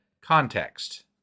context